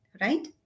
right